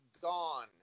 gone